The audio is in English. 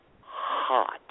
hot